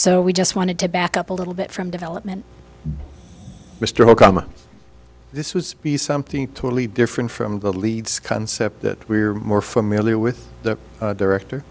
so we just wanted to back up a little bit from development mr o'connor this was be something totally different from the leads concept that we're more familiar with the director